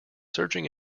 searching